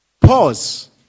Pause